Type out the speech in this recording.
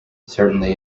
certainly